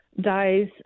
dies